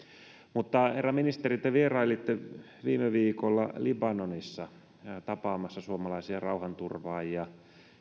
mutta herra ministeri te vierailitte viime viikolla libanonissa tapaamassa suomalaisia rauhanturvaajia